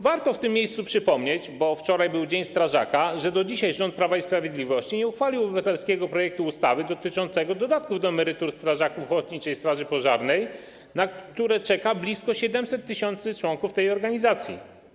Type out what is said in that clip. W tym miejscu warto przypomnieć, bo wczoraj był dzień strażaka, że do dzisiaj rząd Prawa i Sprawiedliwości nie uchwalił obywatelskiego projektu ustawy dotyczącego dodatków do emerytur strażaków ochotniczej straży pożarnej, na którą czeka blisko 700 tys. członków tej organizacji.